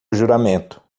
juramento